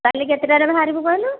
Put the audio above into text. କାଲି କେତେ ଟାରେ ବାହାରିବୁ କହିଲୁ